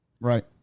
right